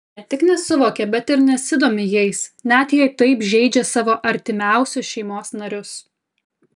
ne tik nesuvokia bet ir nesidomi jais net jei taip žeidžia savo artimiausius šeimos narius